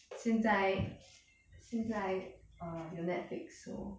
现在现在 err 有 netflix so